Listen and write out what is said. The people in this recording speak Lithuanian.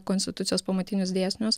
konstitucijos pamatinius dėsnius